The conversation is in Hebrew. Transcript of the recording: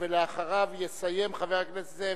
ואחריו יסיים חבר הכנסת אלקין.